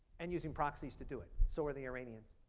and using proxies to do it. so are the iranians.